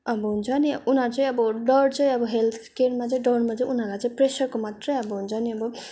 अब हुन्छ नि उनीहरू चाहिँ अब डर चाहिँ अब हेल्थ केयरमा चाहिँ डरमा चाहिँ उनीहरूलाई चाहिँ प्रेसरको मात्र अब हुन्छ नि अब